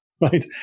right